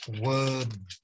word